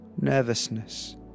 nervousness